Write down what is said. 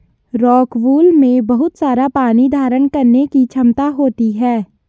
rockwool में बहुत सारा पानी धारण करने की क्षमता होती है